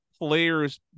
players